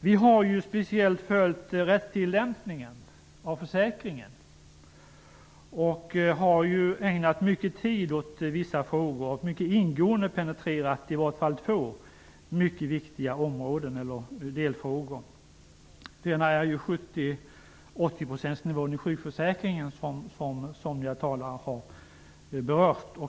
Vi har speciellt följt rättstillämpningen vad gäller försäkringarna. Vi har ägnat mycket tid åt vissa frågor och mycket ingående penetrerat i varje fall två mycket viktiga områden eller delfrågor. Den ena är 70 eller 80 % som nivå i sjukförsäkringen, vilket somliga talare har berört.